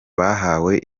bahawe